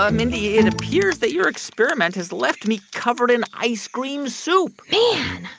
um mindy, it appears that your experiment has left me covered in ice cream soup man,